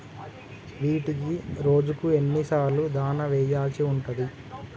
వీటికి రోజుకు ఎన్ని సార్లు దాణా వెయ్యాల్సి ఉంటది?